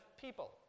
people